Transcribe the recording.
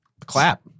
Clap